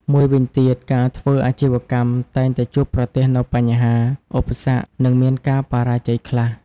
មួយវិញទៀត ការធ្វើអាជីវកម្មតែងតែជួបប្រទះនូវបញ្ហា ឧបសគ្គ និងមានការបរាជ័យខ្លះ។